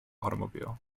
automobile